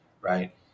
right